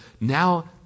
now